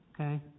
Okay